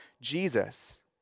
Jesus